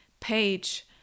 page